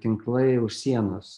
tinklai už sienos